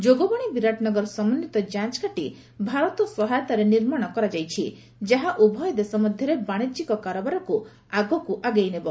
ଯୋଗବଣୀ ବିରାଟନଗର ସମନ୍ଧିତ ଯାଞ୍ଚ ଘାଟି ଭାରତ ସହାୟତାରେ ନିର୍ମାଣ କରାଯାଇଛି ଯାହା ଉଭୟ ଦେଶ ମଧ୍ୟରେ ବାଣିଜ୍ୟିକ କାରବାରକୁ ଆଗକୁ ଆଗେଇ ନେବ